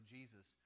Jesus